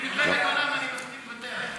אם מלחמת עולם, אני מסכים לוותר.